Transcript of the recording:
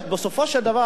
בסופו של דבר,